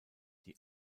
die